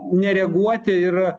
nereaguoti ir